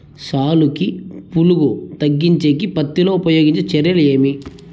సాలుకి పులుగు తగ్గించేకి పత్తి లో ఉపయోగించే చర్యలు ఏమి?